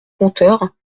conteurs